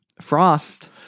Frost